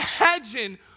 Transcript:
imagine